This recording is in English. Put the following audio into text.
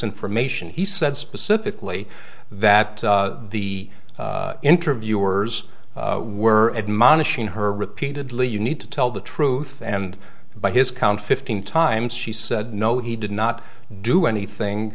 information he said specifically that the interviewers were admonishing her repeatedly you need to tell the truth and by his count fifteen times she said no he did not do anything